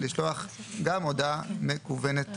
לשלוח לחייב גם הודעה מקוונת.